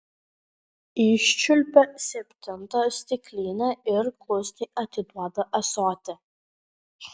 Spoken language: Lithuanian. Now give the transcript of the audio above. iščiulpia septintą stiklinę ir klusniai atiduoda ąsotį